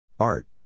Art